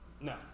No